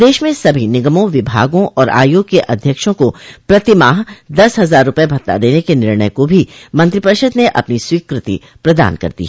प्रदेश में सभी निगमों विभागों और आयोग के अध्यक्षों को प्रतिमाह दस हजार रूपये भत्ता देने के निर्णय को भी मंत्रिपरिषद ने अपनी स्वीकृति प्रदान कर दी